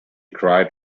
cried